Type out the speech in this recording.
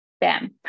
Bam